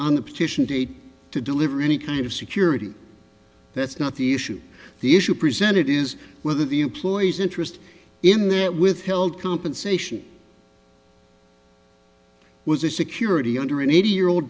on the petition deed to deliver any kind of security that's not the issue the issue presented is whether the employee's interest in that withheld compensation was a security under an eighty year old